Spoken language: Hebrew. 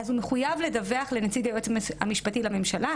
הוא מחויב לדווח לנציג היועץ המשפטי לממשלה,